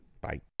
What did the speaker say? Bye